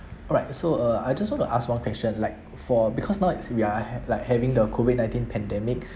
alright so uh I just want to ask one question like for because now it's we are have like having the COVID nineteen pandemic